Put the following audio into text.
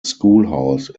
schoolhouse